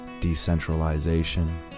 decentralization